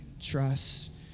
trust